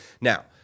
Now